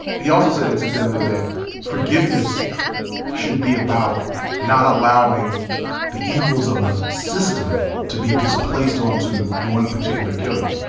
he also said, incidentally, that forgiveness should be about not allowing the evils of a system to be displaced onto one particular killer,